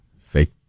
fake